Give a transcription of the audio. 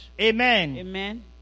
Amen